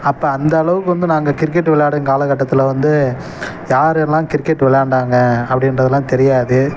அப்ப அந்தளவுக்கு வந்து நாங்கள் கிரிக்கெட் விளாடும் காலக்கட்டத்தில் வந்து யாரெல்லாம் கிரிக்கெட் விளாண்டாங்க அப்படின்றதுலாம் தெரியாது